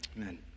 Amen